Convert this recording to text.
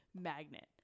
magnet